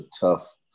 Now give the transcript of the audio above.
tough